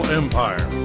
empire